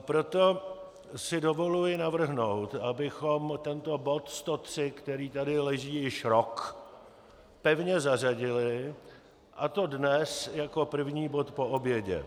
Proto si dovoluji navrhnout, abychom tento bod 103, který tady leží již rok, pevně zařadili, a to dnes jako první bod po obědě.